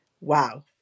wow